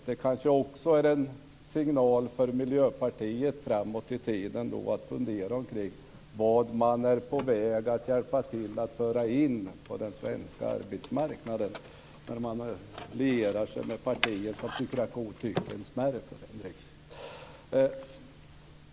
Det kanske också är en signal för Miljöpartiet att framöver fundera kring vad man är på väg att hjälpa till att föra in på den svenska arbetsmarknaden när man lierar sig med partier som tycker att godtycke är en mindre förändring.